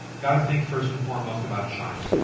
got to think first and foremost about china.